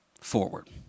forward